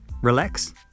relax